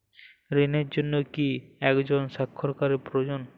ঋণের জন্য কি একজন স্বাক্ষরকারী প্রয়োজন?